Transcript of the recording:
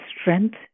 strength